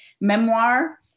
memoir